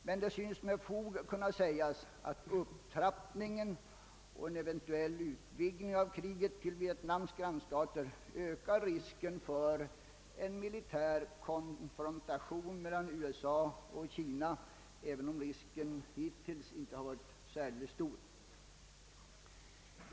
Men det synes med fog kunna sägas att upptrappningen och en eventuell utvidgning av kriget till Vietnams grannstater ökar risken för en militär konfrontation mellan USA och Kina, även om den risken hittills inte har varit särdeles stor.